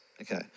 Okay